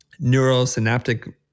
neurosynaptic